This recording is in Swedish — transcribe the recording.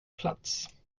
plats